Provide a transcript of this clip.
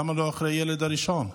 למה לא אחרי הילד הראשון?